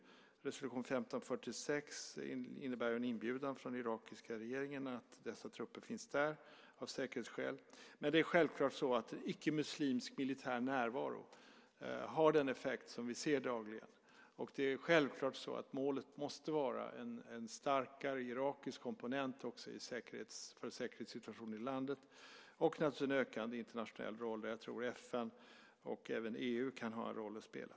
Resolution 1546 innebär en inbjudan från irakiska regeringen och att trupperna finns där av säkerhetsskäl. Men självklart är det så att icke muslimsk militär närvaro har den effekt som vi ser dagligen, och målet måste naturligtvis vara en starkare irakisk komponent också för säkerhetssituationen i landet liksom givetvis en ökad internationell roll. Där tror jag att FN, och även EU, kan ha en roll att spela.